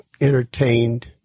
entertained